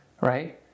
Right